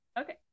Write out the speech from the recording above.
okay